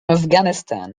afghanistan